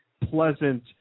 pleasant